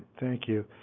thank you.